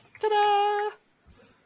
Ta-da